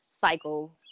cycle